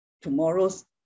tomorrow's